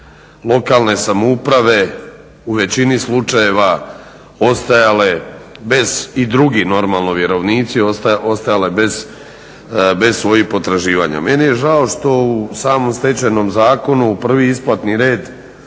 lokalne samouprave u većini slučajeva ostajale bez i drugi normalno vjerovnici, ostajale bez svojih potraživanja. Meni je žao što u samom Stečajnom zakonu prvi isplatni red